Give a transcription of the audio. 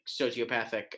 sociopathic